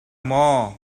maw